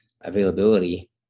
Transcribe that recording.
availability